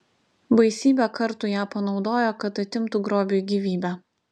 baisybę kartų ją panaudojo kad atimtų grobiui gyvybę